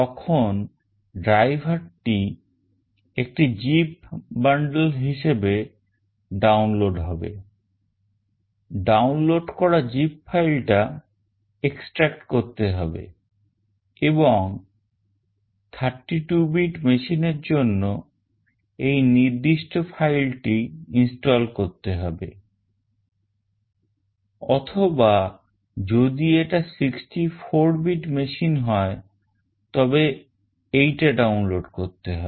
তখন driver টি একটা zip bundle হিসেবে download হবে download করা zip ফাইলটা extract করতে হবে এবং 32 bit machineএর জন্য এই নির্দিষ্ট ফাইলটি install করতে হবে অথবা যদি এটা 64 bit machine হয় তবে এইটা download করতে হবে